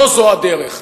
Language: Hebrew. לא זו הדרך.